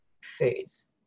foods